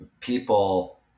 People